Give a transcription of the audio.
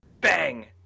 Bang